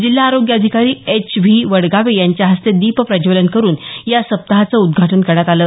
जिल्हा आरोग्य अधिकारी एच व्ही वडगावे यांच्याहस्ते दीप प्रज्वलन करून या सप्पाहाचं उद्घाटन करण्यात आलं